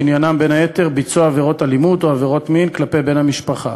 שעניינן בין היתר ביצוע עבירות אלימות או עבירות מין כלפי בן המשפחה,